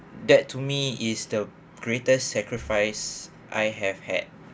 that to me is the greatest sacrifice I have had